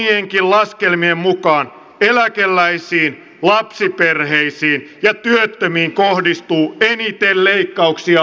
valtiovarainministeriön omienkin laskelmien mukaan eläkeläisiin lapsiperheisiin ja työttömiin kohdistuu eniten leikkauksia hallitusohjelmassa